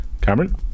Cameron